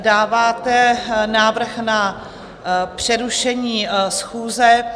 Dáváte návrh na přerušení schůze.